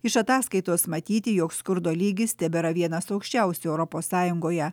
iš ataskaitos matyti jog skurdo lygis tebėra vienas aukščiausių europos sąjungoje